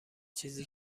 چیزی